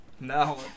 No